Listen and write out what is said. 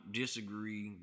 disagree